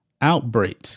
outbreak